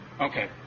Okay